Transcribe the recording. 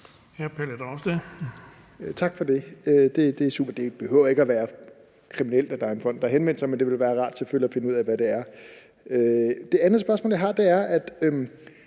Det er super. Det behøver ikke at være kriminelt, at der er en fond, der havde henvendt sig, men det vil selvfølgelig være rart at finde ud af, hvad det går ud på. Det andet spørgsmål, jeg har, er om, at